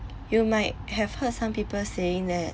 you might have heard some people saying that